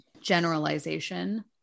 generalization